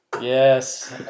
yes